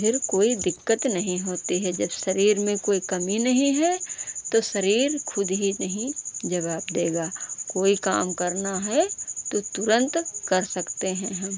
फ़िर कोई दिक्कत नहीं होती है जब शरीर में कोई कमी नहीं है तो शरीर खुद ही नहीं जवाब देगा कोई काम करना है तो तुरंत कर सकते हैं हम